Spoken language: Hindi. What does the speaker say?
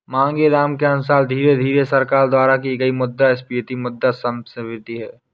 मांगेराम के अनुसार धीरे धीरे सरकार द्वारा की गई मुद्रास्फीति मुद्रा संस्फीति है